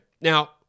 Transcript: Now